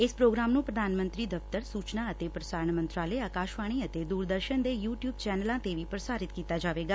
ਇਸ ਪ੍ਰੋਗਰਾਮ ਨੂੰ ਪ੍ਰਧਾਨ ਮੰਤਰੀ ਦਫ਼ਤਰ ਸੁਚਨਾ ਅਤੇ ਪ੍ਰਸਾਰਣ ਮੰਤਰਾਲੇ ਆਕਾਸ਼ਵਾਣੀ ਅਤੇ ਦੂਰਦਰਸ਼ਨ ਦੇ ਯੂ ਟਿਊਬ ਚੈਨਲਾਂ ਤੇ ਵੀ ਪ੍ਸਾਰਿਤ ਕੀਤਾ ਜਾਵੇਗਾ